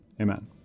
amen